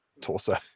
torso